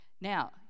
Now